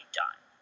done